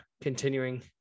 continuing